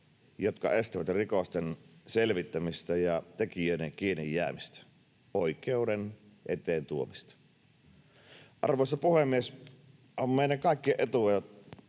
jotka estävät rikosten selvittämistä ja tekijöiden kiinnijäämistä, oikeuden eteen tuomista. Arvoisa puhemies! On meidän kaikkien etu, ja